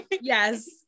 Yes